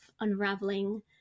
unraveling